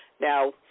Now